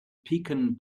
pecan